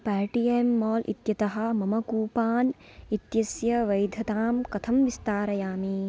Paytm Mall इत्यतः मम कूपान् इत्यस्य वैधतां कथं विस्तारयामि